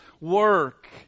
work